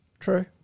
True